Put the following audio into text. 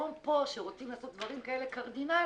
ופתאום פה כשרוצים לעשות דברים כאלה קרדינליים,